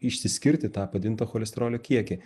išskirti tą padidintą cholesterolio kiekį